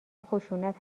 خشونت